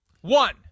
one